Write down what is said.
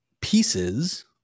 pieces